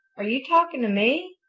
are you talking to me?